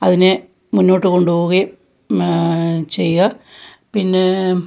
അതിനെ മുന്നോട്ട് കൊണ്ടുപോവുകയും ചെയ്യ പിന്നേ